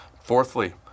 Fourthly